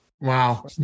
Wow